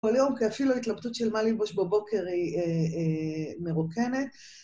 כל יום, כי אפילו ההתלבטות של מה ללבוש בבוקר היא מרוקנת.